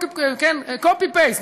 copy-paste,